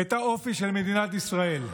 את האופי של מדינת ישראל.